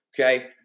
Okay